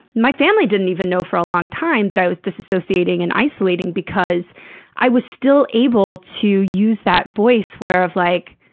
my family didn't even know for a long time that i was disassociating and isolating, because i was still able to use that voice, whereof like,